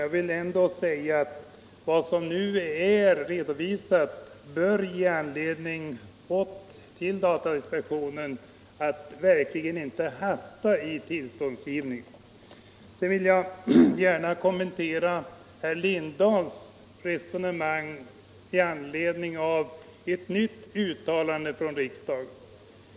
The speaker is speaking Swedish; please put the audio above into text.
Jag vill ändå säga att vad som nu är redovisat bör ge anledning för datainspektionen att verkligen inte hasta i tillståndsgivningen. Sedan vill jag gärna kommentera herr Lindahls i Hamburgsund resonemang omkring ett nytt uttalande från riksdagen.